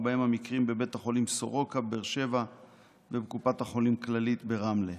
ובהם המקרים בבית החולים סורוקה בבאר שבע ובקופת החולים כללית ברמלה.